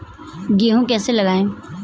गेहूँ कैसे लगाएँ?